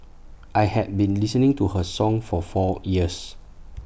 I have been listening to her song for four years